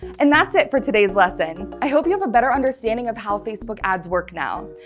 and that's it for today's lesson. i hope you have a better understanding of how facebook ads work now.